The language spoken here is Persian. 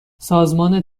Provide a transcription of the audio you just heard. سازمان